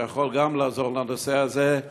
שיכול לעזור גם בנושא הזה,